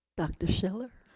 dr. schiller.